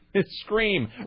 Scream